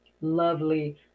lovely